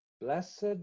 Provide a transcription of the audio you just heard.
Blessed